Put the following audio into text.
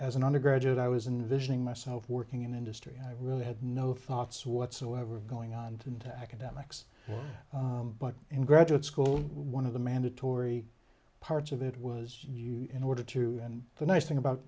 as an undergraduate i was in visioning myself working in industry and i really had no thoughts whatsoever going on to academics but in graduate school one of the mandatory parts of it was you in order to end the nice thing about